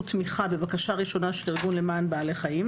תמיכה בבקשה ראשונה של ארגון למען בעלי חיים,